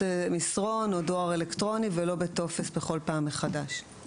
מסרון או דואר אלקטרוני ולא בטופס בכל פעם מחדש.